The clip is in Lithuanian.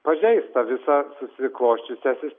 pažeis tą visą susiklosčiusią